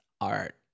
art